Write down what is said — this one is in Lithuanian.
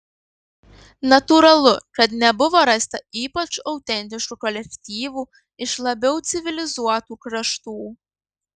natūralu kad nebuvo rasta ypač autentiškų kolektyvų iš labiau civilizuotų kraštų